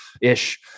ish